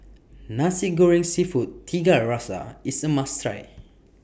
Nasi Goreng Seafood Tiga Rasa IS A must Try